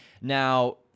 Now